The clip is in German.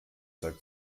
zeug